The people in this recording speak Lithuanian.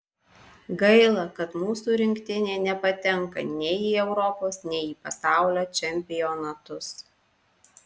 gaila kad mūsų rinktinė nepatenka nei į europos nei į pasaulio čempionatus